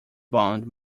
bond